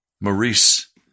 Maurice